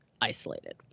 isolated